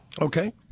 Okay